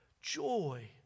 joy